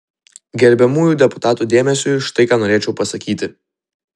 gerbiamųjų deputatų dėmesiui štai ką norėčiau pasakyti